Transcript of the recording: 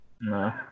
No